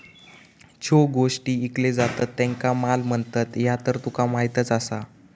ज्यो गोष्टी ईकले जातत त्येंका माल म्हणतत, ह्या तर तुका माहीतच आसा